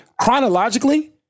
chronologically